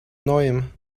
neuem